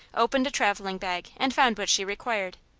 opened a travelling bag, and found what she required.